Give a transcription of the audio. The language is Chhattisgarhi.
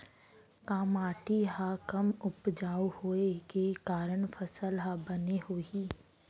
का माटी हा कम उपजाऊ होये के कारण फसल हा बने होही?